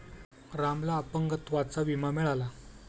रामला अपंगत्वाचा विमा मिळाला